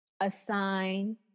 assign